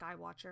Skywatcher